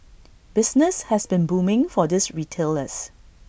business has been booming for these retailers